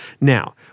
Now